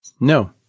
No